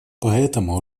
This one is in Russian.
поэтому